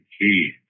key